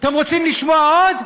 אתם רוצים לשמוע עוד?